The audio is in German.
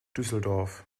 düsseldorf